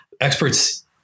experts